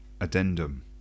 addendum